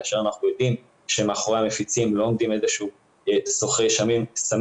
כאשר אנחנו יודעים שמאחורי המפיצים לא עומדים סוחרי סמים,